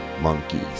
monkeys